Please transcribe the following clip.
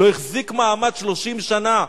לא החזיק מעמד 30 שנה.